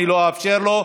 לא אאפשר לו.